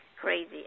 crazy